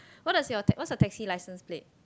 what does you what's your taxi licence plate